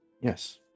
Yes